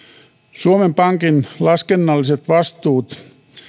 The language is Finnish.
suomen pankin laskennalliset vastuut